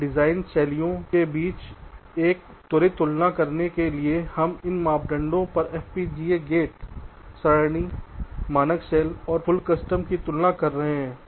तो डिजाइन शैलियों के बीच एक त्वरित तुलना करने के लिए हम इन मापदंडों पर FPGA गेट सरणी मानक सेल और पूर्ण कस्टम की तुलना कर रहे हैं